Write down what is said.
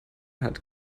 hat